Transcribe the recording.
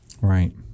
Right